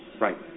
Right